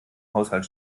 haushalt